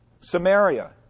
samaria